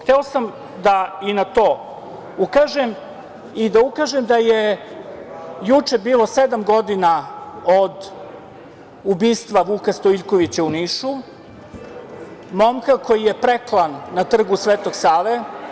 Hteo sam da i na to ukažem i da ukažem da je juče bilo sedam godina od ubistva Vuka Stojiljkovića u Nišu, momka koji je preklan na Trgu Svetog Save.